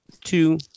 two